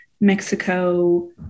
Mexico